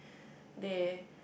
they